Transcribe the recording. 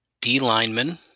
D-lineman